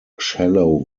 shallow